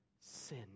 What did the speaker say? sin